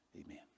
amen